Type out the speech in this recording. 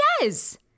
yes